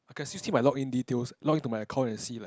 I can still see my log in details log in to my account and see like